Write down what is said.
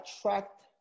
attract